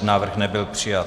Návrh nebyl přijat.